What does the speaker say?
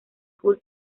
school